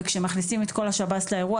וכשמכניסים את כל השב"ס לאירוע,